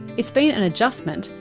it's been an adjustment,